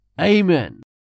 Amen